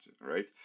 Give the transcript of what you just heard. right